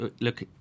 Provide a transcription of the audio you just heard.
look